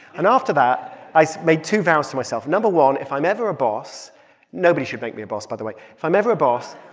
and after that, i made two vows to myself no. one, if i'm ever a boss nobody should make me a boss, by the way if i'm ever a boss,